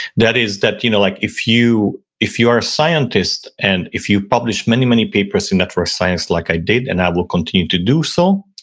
that is that you know like if you if you are a scientist and if you publish many, many papers in network science like i did and i will continue to do so,